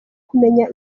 kumenya